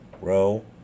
row